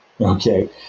Okay